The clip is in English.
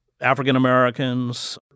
African-Americans